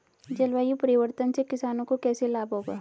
जलवायु परिवर्तन से किसानों को कैसे लाभ होगा?